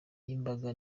y’imbaga